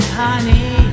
honey